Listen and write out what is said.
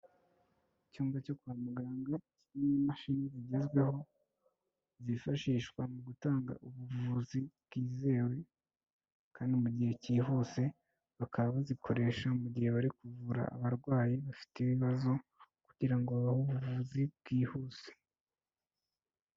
Icyumba cyo kwa muganga, kirimo imashini zigezweho, zifashishwa mu gutanga ubuvuzi bwizewe kandi mu gihe cyihuse, bakaba bazikoresha mu gihe bari kuvura abarwayi bafite ibibazo, kugira ngo babahe ubuvuzi bwihuse.